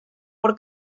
por